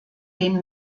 den